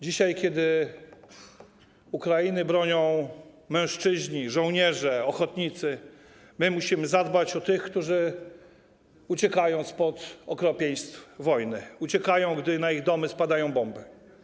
Dzisiaj, kiedy Ukrainy bronią mężczyźni, żołnierze, ochotnicy, musimy zadbać o tych, którzy uciekają spod okropieństw wojny, uciekają, gdyż na ich domy spadają bomby.